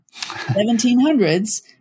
1700s